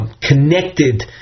connected